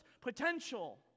potential